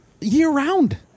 year-round